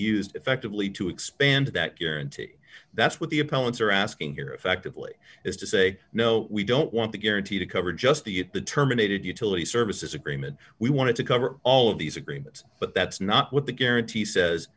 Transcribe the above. used effectively to expand that guarantee that's what the appellant's are asking here effectively is to say no we don't want the guarantee to cover just to get the terminated utility services agreement we wanted to cover all of these agreements but that's not what the guarantee says